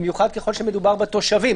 במיוחד ככל שמדובר בתושבים.